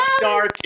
dark